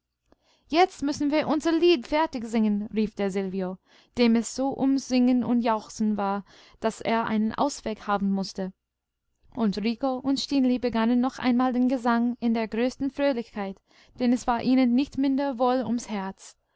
jetzt müssen wir unser lied fertig singen rief der silvio dem es so ums singen und jauchzen war daß er einen ausweg haben mußte und rico und stineli begannen noch einmal den gesang in der größten fröhlichkeit denn es war ihnen nicht minder wohl ums herz